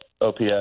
OPS